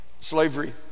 slavery